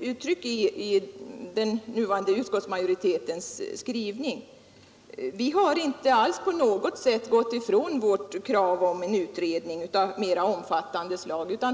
uttryck i den nuvarande utskottsmajoritetens skrivning. Vi har inte alls på något sätt gått ifrån vårt krav om en utredning av mera omfattande slag.